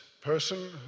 person